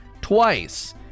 Twice